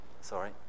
Sorry